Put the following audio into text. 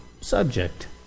subject